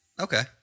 Okay